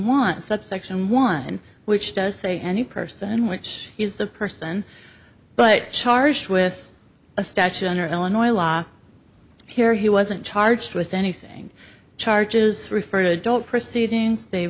one subsection one which does say any person which is the person but charged with a statute under illinois law here he wasn't charged with anything charges refer to adult proceedings they